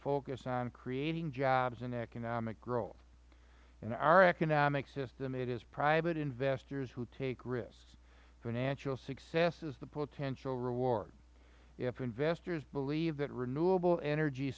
focus on creating jobs and economic growth in our economic system it is private investors who take risks financial success is the potential reward if investors believe that renewable energy